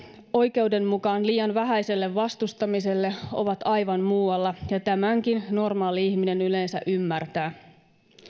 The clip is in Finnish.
oikeuden mukaan liian vähäiselle vastustamiselle ovat aivan muualla ja tämänkin normaali ihminen yleensä ymmärtää